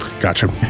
Gotcha